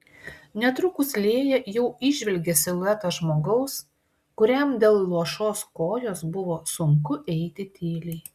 netrukus lėja jau įžvelgė siluetą žmogaus kuriam dėl luošos kojos buvo sunku eiti tyliai